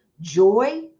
joy